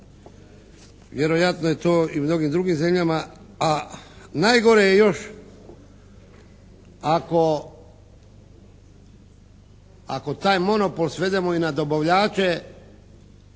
Vjerojatno je to i u mnogim drugim zemljama, a najgore je još ako taj monopol svedemo i na dobavljače